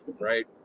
Right